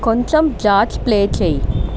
కొంచెం jazz play చేయి